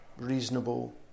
reasonable